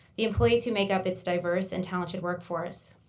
the employees who make up its diverse and talented workforce.